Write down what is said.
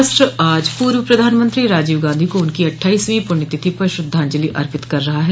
राष्ट्र आज पूर्व प्रधानमंत्री राजीव गांधी को उनकी अट्ठाइसवीं पुण्यतिथि पर श्रद्धांजलि अर्पित कर रहा है